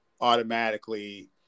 automatically